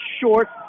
short